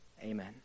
Amen